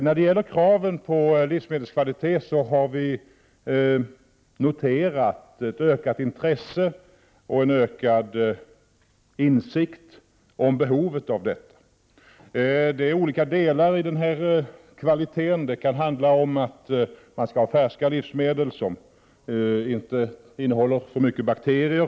När det gäller kraven på livsmedelskvalitet har vi noterat ett ökat intresse och en ökad insikt om behovet av detta. Det finns olika aspekter på kvalitet. Man skall t.ex. ha färska livsmedel som inte innehåller för mycket bakterier.